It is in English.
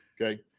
okay